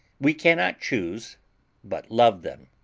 we cannot choose but love them.